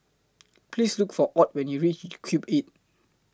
Please Look For Ott when YOU REACH Cube eight